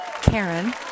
Karen